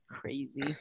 crazy